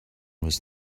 was